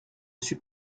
suis